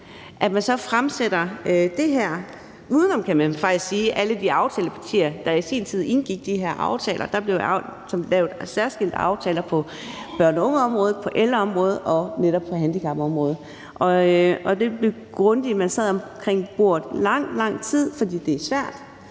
at man så fremsætter det her uden om, kan man faktisk sige, alle de aftalepartier, der i sin tid indgik de her aftaler. Der blev lavet særskilte aftaler på børne- og ungeområdet, på ældreområdet og netop på handicapområdet. Det var grundigt, og man sad omkring bordet i lang, lang tid, fordi det er svært